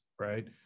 Right